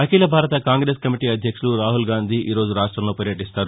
అఖిల భారత కాంగ్రెస్ కమిటీ అధ్యక్షులు రాహుల్ గాంధీ ఈరోజు రాష్టంలో పర్యటిస్తారు